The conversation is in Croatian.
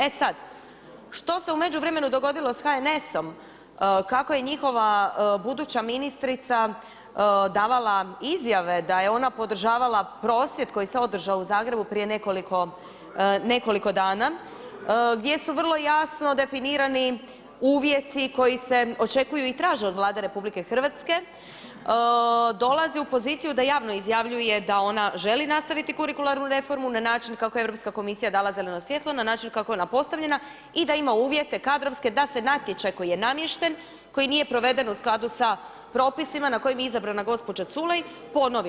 E sad, što se u međuvremenom dogodilo sa HNS-om, kako je njihova buduća ministrica davala izjave da je ona podržavala prosvjed koji se održao u Zagrebu prije nekoliko dana, gdje su vrlo jasno definirani uvjeti koji se očekuju i traže od Vlade RH, dolazi u poziciju da javno izjavljuje da ona želi nastaviti kurikularnu reformu na način kako je Europska komisija dala zeleno svjetlo, na način kako je ona postavljena i da ima uvjete kadrovske, da se natječaj koji je namješten, koji nije proveden u skladu sa propisima na kojima je izabrana gospođa Culej, ponovi.